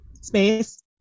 space